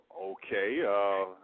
Okay